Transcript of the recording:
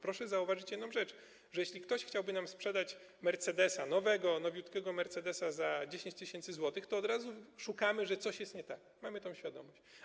Proszę zauważyć jedną rzecz: Jeśli ktoś chciałby nam sprzedać mercedesa, nowego, nowiutkiego mercedesa za 10 tys. zł, to od razu szukamy, że coś jest nie tak, mamy tę świadomość.